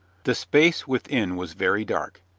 the space within was very dark,